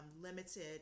limited